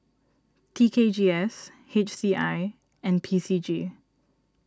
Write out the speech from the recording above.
T K G S H C I and P C G